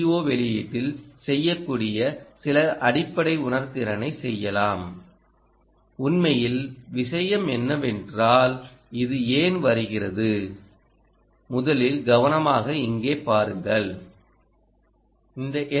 ஓ வெளியீட்டில்செய்யக்கூடிய சில அடிப்படை உணர்திறனை செய்யலாம் உண்மையில் விஷயம் என்னவென்றால் இது ஏன் வருகிறது முதலில் கவனமாக இங்கே பாருங்கள் இந்த எல்